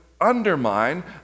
undermine